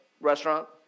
restaurant